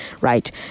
right